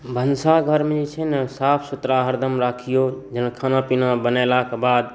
भनसाघरमे जे छै ने से साफ सुथरा हरदम राखियौ जेना खाना पीना बनेलाक बाद